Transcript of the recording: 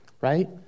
right